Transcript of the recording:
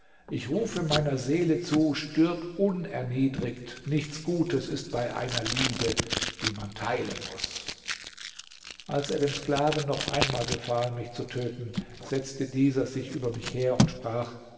ich rufe meiner seele zu stirb unerniedrigt nichts gutes ist bei einer liebe die man teilen muß als er dem sklaven noch einmal befahl mich zu töten setzte dieser sich über mich her und sprach